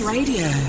Radio